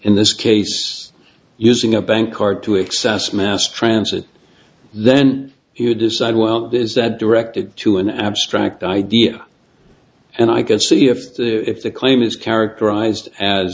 in this case using a bank card to access mass transit then you decide well is that directed to an abstract idea and i go see if the if the claim is characterized as